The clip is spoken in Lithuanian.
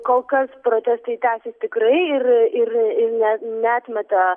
kol kas protestai tęsis tikrai ir ir ir ne neatmeta